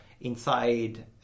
inside